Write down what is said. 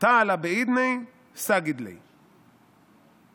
תעלא בעידניה סגיד ליה".